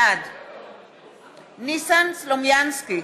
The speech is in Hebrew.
בעד ניסן סלומינסקי,